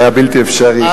זה היה בלתי אפשרי.